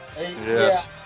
Yes